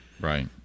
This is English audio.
Right